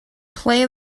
play